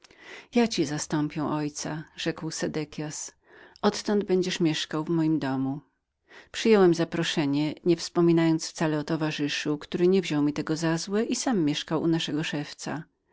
ja ci zastąpię miejsce ojca rzekł sedekias odtąd będziesz mieszkał w moim domu przyjąłem zaproszenie nie wspominając wcale o towarzyszu który nie wziął mi tego za złe i sam zamieszkał u naszego szewca